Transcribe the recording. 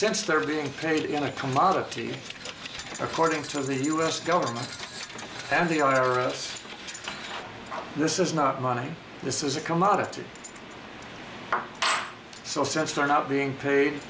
since they're being paid in a commodity according to the us government and they are us this is not money this is a commodity so since they're not being paid